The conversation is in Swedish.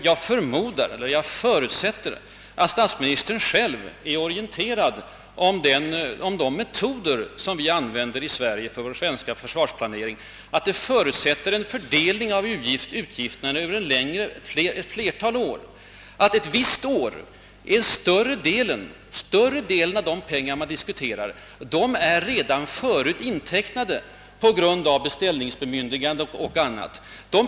Jag förutsätter också att statsministern är orienterad om de metoder vi här använder för vår försvarsplanering som ju förutsätter en fördelning av utgifterna över ett flertal år. Ett visst år kan därför större delen av de pengar man diskuterar redan vara intecknade och bundna på grund av tidigare beställningsbemyndiganden och liknande dispositioner.